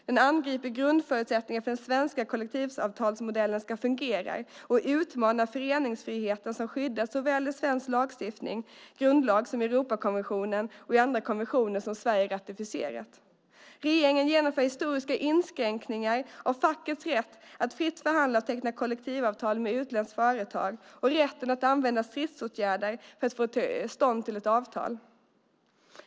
Den angriper grundförutsättningarna för att den svenska kollektivavtalsmodellen ska fungera och utmanar föreningsfriheten som skyddas såväl i svensk grundlag som i Europakonventionen och andra konventioner som Sverige ratificerat. Regeringen genomför historiska inskränkningar av fackets rätt att fritt förhandla och teckna kollektivavtal med utländska företag och av rätten att använda stridsåtgärder för att få ett avtal till stånd.